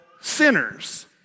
sinners